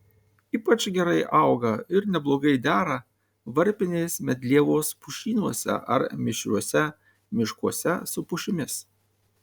ypač gerai auga ir neblogai dera varpinės medlievos pušynuose ar mišriuose miškuose su pušimis